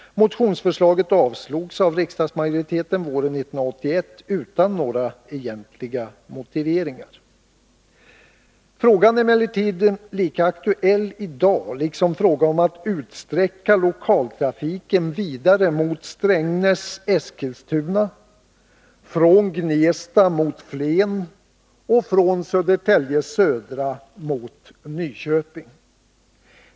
Motionsförslaget avslogs av riksdagsmajoriteten våren 1981 utan några egentliga motiveringar. Frågan är emellertid lika aktuell i dag liksom frågan att utsträcka lokaltrafiken vidare mot Strängnäs-Eskilstuna, från Gnesta mot Flen och från Södertälje Södra mot Nyköping.